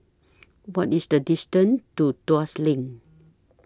What IS The distance to Tuas LINK